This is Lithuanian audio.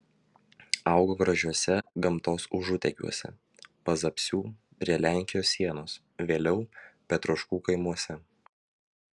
augo gražiuose gamtos užutekiuose pazapsių prie lenkijos sienos vėliau petroškų kaimuose